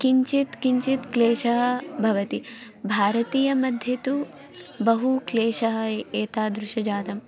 किञ्चित् किञ्चित् क्लेशः भवति भारतीयमध्ये तु बहु क्लेशः ए एतादृशः जातं